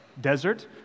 desert